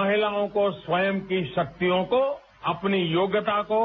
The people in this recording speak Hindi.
महिलाओं को स्वयं की शक्तियों को अपनी योग्यता को